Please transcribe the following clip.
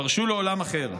פרשו לאולם אחר.